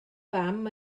fam